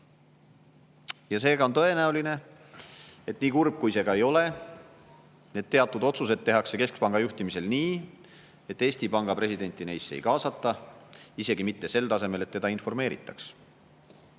seega on tõenäoline, nii kurb, kui see ka ei ole, et teatud otsused tehakse keskpanga juhtimisel nii, et Eesti Panga presidenti neisse ei kaasata, isegi mitte sel tasemel, et teda informeeritaks.